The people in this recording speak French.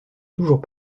toujours